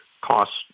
costs